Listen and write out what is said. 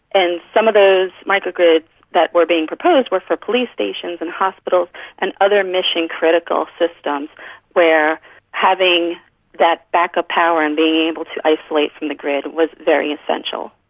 and some of those micro-grids that were being proposed were for police stations and hospitals and other mission-critical systems where having that backup power and being able to isolate from the grid was very essential.